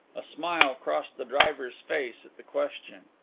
a smile crossed the driver's face at the question.